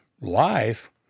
life